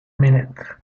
minute